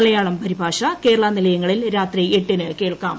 മലയാള പരിഭാഷ കേരള നിലയങ്ങളിൽ രാത്രി എട്ടിന് കേൾക്കാം